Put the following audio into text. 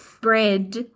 bread